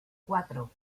cuatro